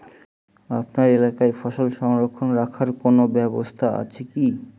আপনার এলাকায় ফসল সংরক্ষণ রাখার কোন ব্যাবস্থা আছে কি?